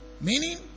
meaning